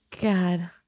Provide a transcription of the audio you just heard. God